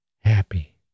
happy